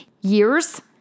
Years